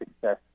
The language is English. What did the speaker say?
success